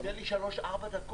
תן לי שלוש, ארבע דקות.